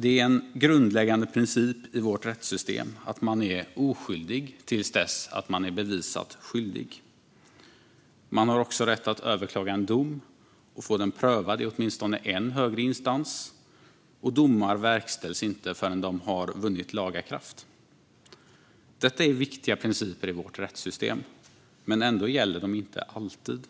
Det är en grundläggande princip i vårt rättssystem att man är oskyldig till dess att man är bevisat skyldig. Man har också rätt att överklaga en dom och få den prövad i åtminstone en högre instans, och domar verkställs inte förrän de vunnit laga kraft. Detta är viktiga principer i vårt rättssystem, men ändå gäller de inte alltid.